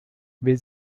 will